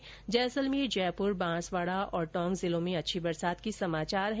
कल जैसलमेर जयपूर बांसवाड़ा और टोंक जिलों में अच्छी बरसात हुई